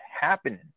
happening